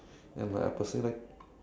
then like I personally like